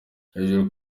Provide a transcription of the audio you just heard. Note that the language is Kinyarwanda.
hejuru